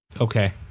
Okay